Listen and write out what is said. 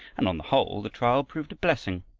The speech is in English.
and on the whole the trial proved a blessing.